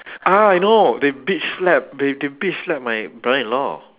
ah I know they bitch slap they they bitch slap my brother in law